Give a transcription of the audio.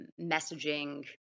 messaging